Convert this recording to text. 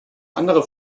andere